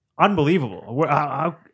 unbelievable